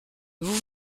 vous